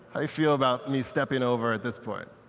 ah you feel about me stepping over at this point?